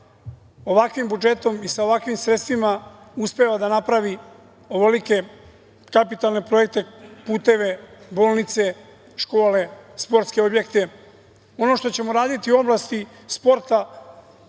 ovakvim budžetom i sa ovakvim sredstvima uspeva da napravi ovolike kapitalne projekte, puteve, bolnice, škole, sportske objekte. Ono što ćemo raditi u oblasti sporta